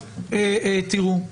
ראו,